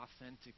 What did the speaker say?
authentic